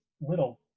little